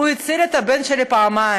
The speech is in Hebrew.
הוא הציל את הבן שלי פעמיים.